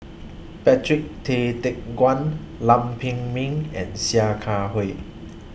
Patrick Tay Teck Guan Lam Pin Min and Sia Kah Hui